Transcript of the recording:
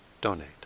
donate